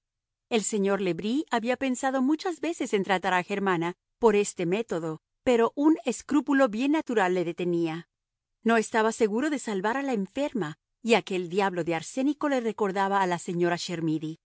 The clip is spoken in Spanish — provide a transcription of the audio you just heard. el señor le bris había pensado muchas veces en tratar a germana por este método pero un escrúpulo bien natural le detenía no estaba seguro de salvar a la enferma y aquel diablo de arsénico le recordaba a la señora